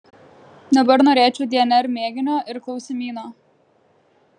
dabar norėčiau dnr mėginio ir klausimyno